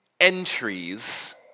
entries